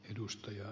puhemies